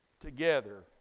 together